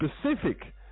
specific